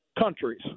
countries